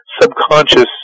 subconscious